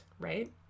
right